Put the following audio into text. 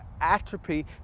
atrophy